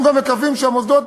אנחנו גם מקווים שהמוסדות,